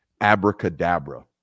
abracadabra